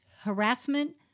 harassment